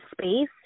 space